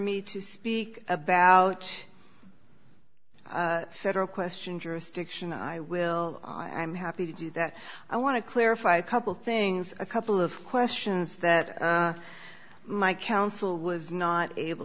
me to speak about federal question jurisdiction i will i'm happy to do that i want to clarify a couple things a couple of questions that my counsel was not able